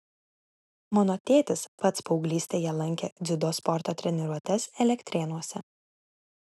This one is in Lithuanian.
mano tėtis pats paauglystėje lankė dziudo sporto treniruotes elektrėnuose